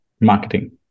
marketing